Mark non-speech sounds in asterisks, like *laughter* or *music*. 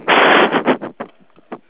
*breath*